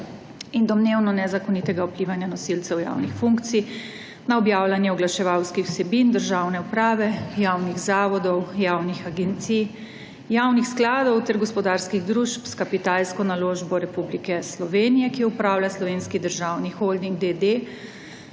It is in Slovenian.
in domnevno nezakonitega vplivanja nosilcev javnih funkcij na objavljanje oglaševalskih vsebin državne uprave, javnih zavodov, javnih agencij in javnih skladov ter gospodarskih družb s kapitalsko naložbo Republike Slovenije, ki jo upravlja Slovenski državni holding,